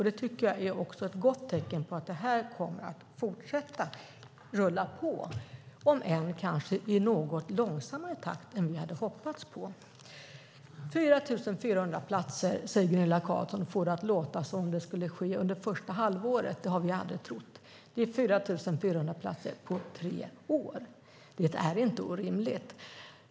Det är också ett gott tecken på att detta kommer att fortsätta att rulla på, om än kanske i något långsammare takt än vad vi hade hoppats på. Det är fråga om 4 400 platser, och Gunilla Carlsson får det att låta som att de skulle besättas under första halvåret. Det har vi aldrig trott. Det är 4 400 platser på tre år. Det är inte orimligt.